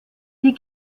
die